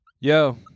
Yo